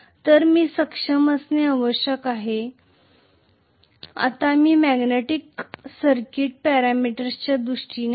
तर मी सक्षम असणे आवश्यक आहे आता मी मॅग्नेटिक सर्किट पॅरामीटर्सच्या दृष्टीने i